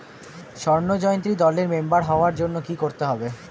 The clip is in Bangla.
স্বর্ণ জয়ন্তী দলের মেম্বার হওয়ার জন্য কি করতে হবে?